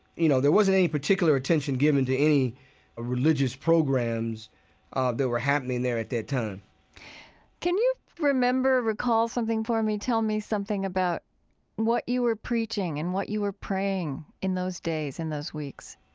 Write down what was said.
you know, there wasn't any particular attention given to any religious programs ah that were happening there at that time can you remember, recall something for me, tell me something about what you were preaching and what you were praying in those days, in those weeks?